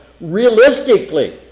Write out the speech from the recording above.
realistically